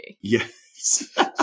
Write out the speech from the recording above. Yes